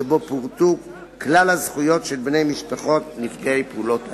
שבו פורטו כלל הזכויות של בני משפחות נפגעי פעולות האיבה.